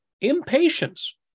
impatience